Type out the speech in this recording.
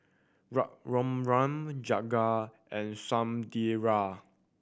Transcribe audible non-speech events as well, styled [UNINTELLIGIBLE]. [UNINTELLIGIBLE] Raghuram Jagat and Sunderlal